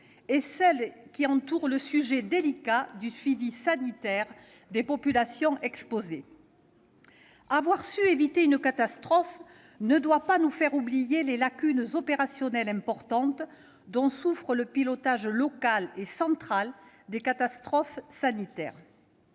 et celles qui entourent le sujet délicat du suivi sanitaire des populations exposées. Avoir su éviter une catastrophe ne doit pas nous faire oublier les lacunes opérationnelles importantes dont souffre le pilotage local et central des catastrophes sanitaires.